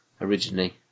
originally